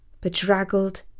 bedraggled